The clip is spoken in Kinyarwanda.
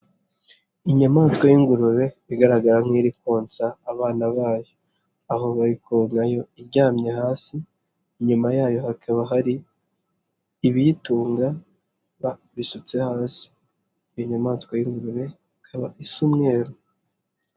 Inyamaswa y'ingurube igaragara nk'iri konsa abana bayo, aho bari kogayo iryamye hasi inyuma yayo hakaba hari ibiyitunga babisutse hasi, iyo nyamaswa y'ingurube ikaba isa umweru.